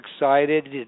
excited